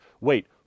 wait